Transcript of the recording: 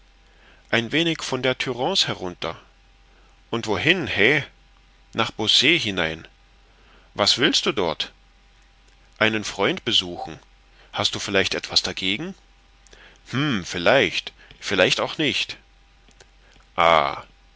ein wenig von der turance herunter und wohin he nach beausset hinein was willst du dort einen freund besuchen hast du vielleicht etwas dagegen hm vielleicht vielleicht auch nicht